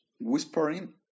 whispering